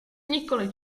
nikoli